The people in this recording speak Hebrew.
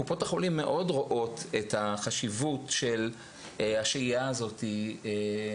קופות החולים מאוד רואות את החשיבות של השהייה הזאת אצלנו,